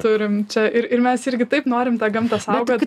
turim čia ir ir mes irgi taip norim tą gamtą saugot